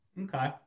Okay